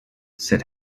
said